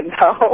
No